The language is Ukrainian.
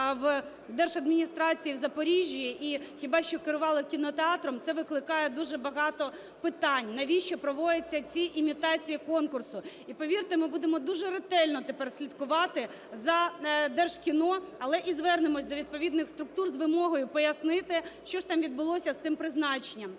в держадміністрації в Запоріжжі і хіба що керувала кінотеатром, це викликає дуже багато питань. Навіщо проводяться ці імітації конкурсу? І, повірте, ми будемо дуже ретельно тепер слідкувати за Держкіно, але і звернемося до відповідних структур з вимогою пояснити, що ж там відбулося з цим призначенням.